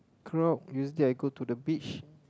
crowd usually I go to the beach